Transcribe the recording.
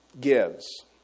gives